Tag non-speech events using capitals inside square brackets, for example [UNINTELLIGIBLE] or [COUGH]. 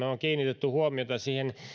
[UNINTELLIGIBLE] on kiinnitetty huomiota siihen